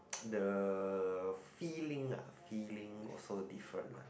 the feeling uh feeling also different uh